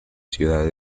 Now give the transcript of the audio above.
ciudad